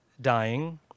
dying